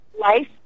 life